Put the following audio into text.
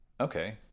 okay